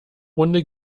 runde